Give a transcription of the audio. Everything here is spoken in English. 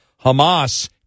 Hamas